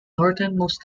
northernmost